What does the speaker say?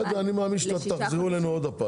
אני מאמין שתחזרו אלינו.